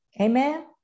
Amen